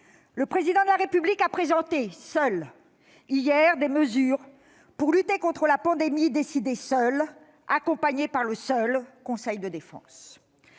le Président de la République a présenté seul, hier, des mesures pour lutter contre la pandémie, dont il a décidé seul, accompagné par le seul Conseil de défense.